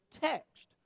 text